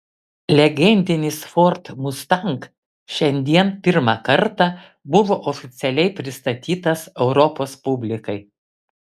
legendinis ford mustang šiandien pirmą kartą buvo oficialiai pristatytas europos publikai